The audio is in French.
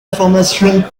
information